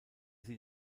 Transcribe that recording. sie